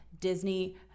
Disney